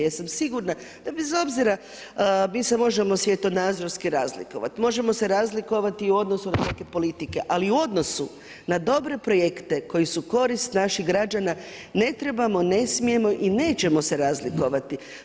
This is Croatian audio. Jer sam sigurna da bez obzira mi se možemo svjetonadzorskih razlikovati, možemo se razlikovati i u odnosu … [[Govornica se ne razumije]] politike ali u odnosu na dobre projekte koji su korist naših građana ne trebamo, ne smijemo i nećemo se razlikovati.